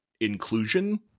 inclusion